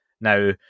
Now